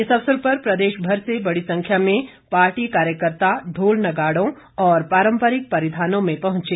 इस अवसर पर प्रदेश भर से बड़ी संख्या में पार्टी कार्यकर्त्ता ढोल नगाड़ों और पारंपरिक परिधानों में पहुंचे